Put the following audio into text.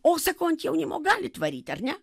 o sakau ant jaunimo galit varyt ar ne